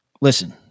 Listen